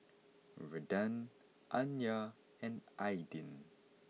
Redden Anya and Aydin